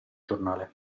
giornale